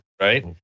right